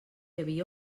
havia